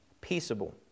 Peaceable